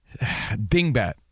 dingbat